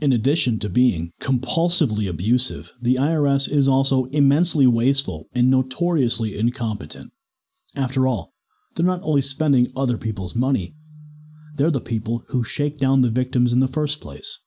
in addition to being compulsively abusive the i r s is also immensely wasteful and notoriously incompetent after all they're not only spending other people's money they're the people who shakedown the victims in the first place